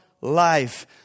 life